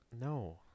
No